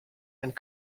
and